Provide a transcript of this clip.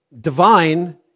divine